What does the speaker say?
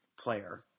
player